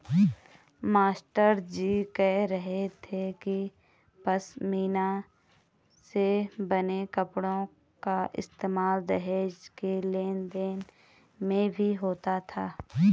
मास्टरजी कह रहे थे कि पशमीना से बने कपड़ों का इस्तेमाल दहेज के लेन देन में भी होता था